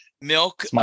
Milk